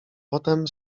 potem